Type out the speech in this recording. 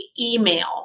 email